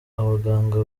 abaganga